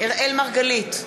אראל מרגלית,